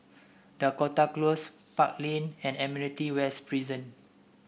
Dakota Close Park Lane and Admiralty West Prison